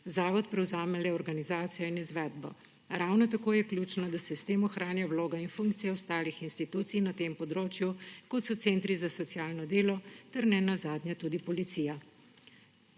Zavod prevzame le organizacijo in izvedbo. Ravno tako je ključno, da se s tem ohranja vloga in funkcija ostalih institucij na tem področju, kot so centri za socialno delo ter ne nazadnje tudi Policija.